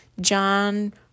john